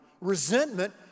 Resentment